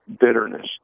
bitterness